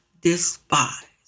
despise